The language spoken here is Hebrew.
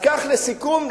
לסיכום,